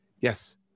Yes